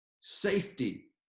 safety